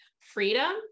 freedom